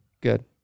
good